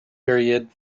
period